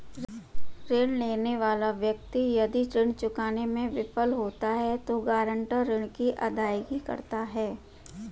ऋण लेने वाला व्यक्ति यदि ऋण चुकाने में विफल होता है तो गारंटर ऋण की अदायगी करता है